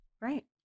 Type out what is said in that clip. Right